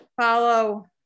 follow